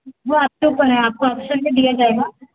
वह आपके ऊपर है आपका ऑप्शन में दिया जाएगा